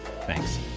Thanks